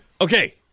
Okay